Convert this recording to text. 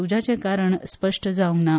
उज्याचें कारण मात स्पश्ट जावंक ना